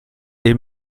est